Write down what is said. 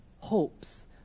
hopes